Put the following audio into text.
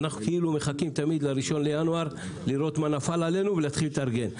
אנחנו כאילו מחכים תמיד ל-1 לינואר לראות מה נפל עלינו ולהתחיל להתארגן.